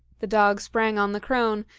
the dog sprang on the crone,